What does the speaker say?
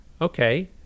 okay